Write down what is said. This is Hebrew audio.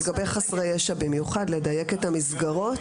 לגבי חסרי ישע, במיוחד לדייק את המסגרות.